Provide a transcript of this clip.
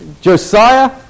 Josiah